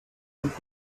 would